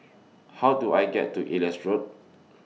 How Do I get to Elias Road